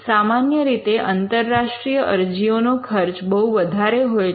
સામાન્ય રીતે અંતરરાષ્ટ્રીય અરજીઓનો ખર્ચ બહુ વધારે હોય છે